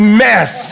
mess